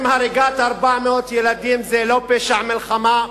אם הריגת 400 ילדים זה לא פשע מלחמה,